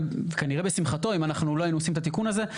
וכנראה בשמחתו אם אנחנו לא היינו עושים את התיקון הזה.